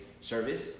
service